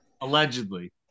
allegedly